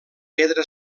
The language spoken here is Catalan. pedra